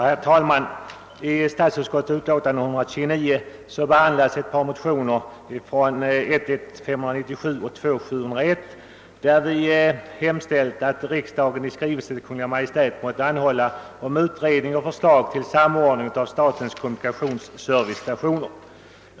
Herr talman! I statsutskottets utlåtande nr 129 behandlas två motioner, I: 597 och II: 701, i vilka hemställts att riksdagen i skrivelse till Kungl. Maj:t måtte anhålla om utredning och förslag till samordning av statens kommunikationsservicestationer.